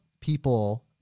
people